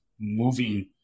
moving